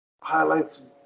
highlights